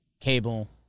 cable